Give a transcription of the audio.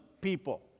people